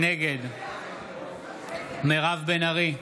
נגד מירב בן ארי,